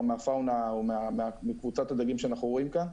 מהפאונה או מקבוצת הדגים שאנחנו רואים כאן,